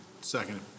Second